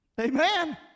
Amen